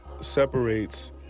separates